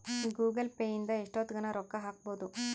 Google Pay ಇಂದ ಎಷ್ಟೋತ್ತಗನ ರೊಕ್ಕ ಹಕ್ಬೊದು